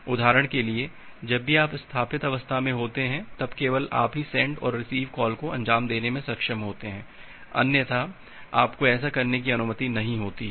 उदाहरण के लिए जब भी आप स्थापित अवस्था में होते हैं तब केवल आप ही सेंड और रिसीव कॉल को अंजाम देने में सक्षम होते हैं अन्यथा आपको ऐसा करने की अनुमति नहीं होती है